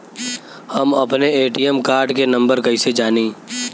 हम अपने ATM card के नंबर कइसे जानी?